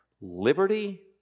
Liberty